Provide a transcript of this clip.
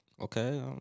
Okay